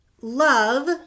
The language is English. love